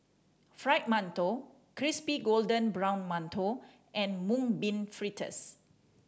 Fried Mantou crispy golden brown mantou and Mung Bean Fritters